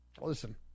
Listen